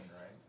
right